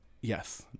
Yes